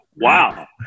wow